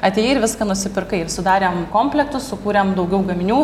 atėjai ir viską nusipirkai ir sudarėm komplektus sukūrėm daugiau gaminių